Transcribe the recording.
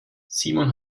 simon